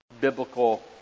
biblical